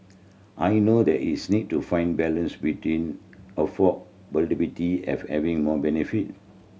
I know that is need to find balance between having more benefit